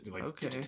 okay